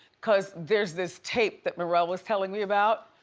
cause there's this tape that narelle was telling me about,